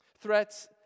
Threats